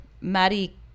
Maddie